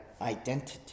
identity